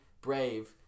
Brave